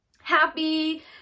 happy